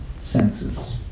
senses